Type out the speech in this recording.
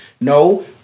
no